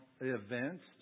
events